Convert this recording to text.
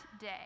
day